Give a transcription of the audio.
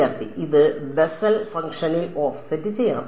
വിദ്യാർത്ഥി ഇത് ബെസൽ ഫംഗ്ഷനിൽ ഓഫ്സെറ്റ് ചെയ്യണം